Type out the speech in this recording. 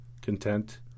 content